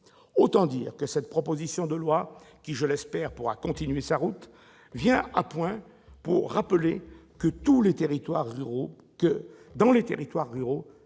Autant dire que cette proposition de loi, dont j'espère qu'elle pourra continuer sa route, vient à point pour rappeler que, dans les territoires ruraux